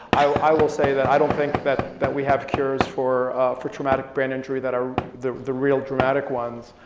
i will say that i don't think that that we have cures for for traumatic brain injury, that are the the real dramatic ones,